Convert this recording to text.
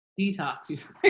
detox